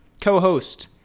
co-host